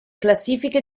classifiche